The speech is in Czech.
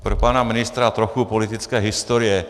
Tak pro pana ministra trochu politické historie.